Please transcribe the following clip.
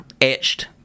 etched